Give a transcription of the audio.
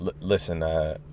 Listen